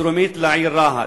דרומית לעיר רהט.